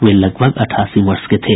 वे लगभग अठासी वर्ष के थे